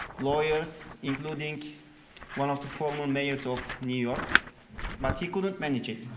lawyers, including one of the former mayors of new york but he couldn't manage it.